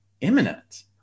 imminent